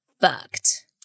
fucked